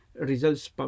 results